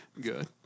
good